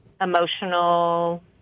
emotional